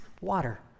water